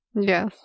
Yes